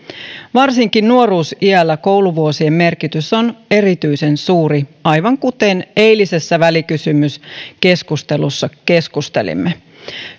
varsinkin nuoruusiällä kouluvuosien merkitys on erityisen suuri aivan kuten eilisessä välikysymyskeskustelussa keskustelimme